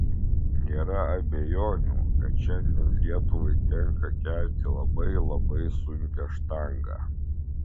nėra abejonių kad šiandien lietuvai tenka kelti labai labai sunkią štangą